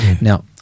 Now